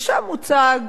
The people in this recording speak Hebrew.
ושם הוצג